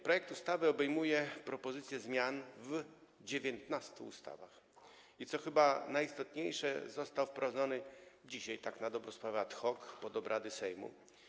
Projekt ustawy obejmuje propozycje zmian w 19 ustawach i - co chyba najistotniejsze - został wprowadzony dzisiaj, tak na dobrą sprawę ad hoc, po obrady Sejmu.